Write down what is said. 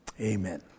Amen